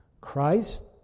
Christ